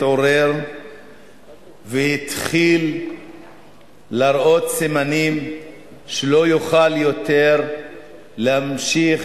התעורר והתחיל להראות סימנים שהוא לא יוכל יותר להמשיך